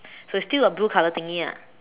so it's still a blue color thingy lah